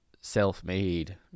self-made